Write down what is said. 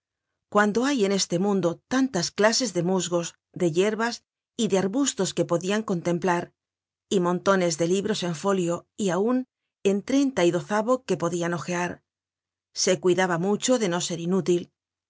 cuando hay en este mundo tantas clases de musgos de yerbas y de arbustos que podian contemplar y montones de libros en folio y aun en treinta y dozavo que podian hojear se cuidaba mucho de no ser inútil